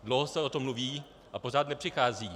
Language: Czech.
Dlouho se o tom mluví, a pořád nepřichází.